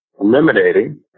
Eliminating